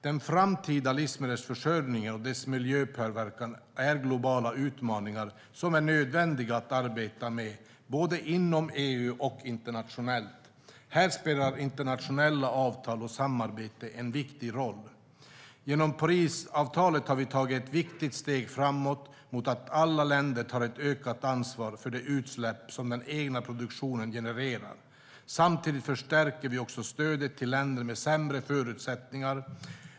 Den framtida livsmedelsförsörjningen och dess miljöpåverkan är globala utmaningar som är nödvändiga att arbeta med både inom EU och internationellt. Här spelar internationella avtal och samarbeten en viktig roll. Genom Parisavtalet har vi tagit ett viktigt steg framåt mot att alla länder tar ett ökat ansvar för de utsläpp som den egna produktionen genererar. Samtidigt förstärker vi också stödet till länder med sämre förutsättningar.